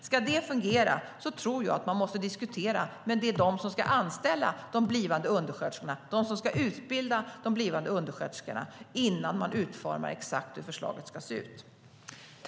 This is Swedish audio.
Ska det fungera tror jag att man måste diskutera med dem som ska anställa och utbilda de blivande undersköterskorna innan man utformar exakt hur förslaget ska se ut.